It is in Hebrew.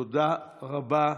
תודה רבה.